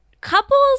couples